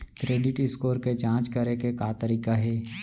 Credit score के जाँच करे के का तरीका हे?